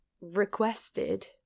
requested